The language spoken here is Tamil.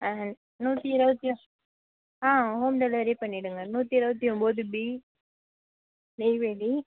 நூற்றி இரபத்தி ஆ ஹோம் டெலிவரியே பண்ணிவிடுங்க நூற்றி இருபத்தி ஒம்பது பி நெய்வேலி